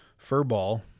furball